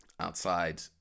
outside